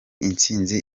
intsinzi